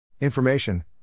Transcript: Information